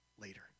later